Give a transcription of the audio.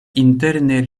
interne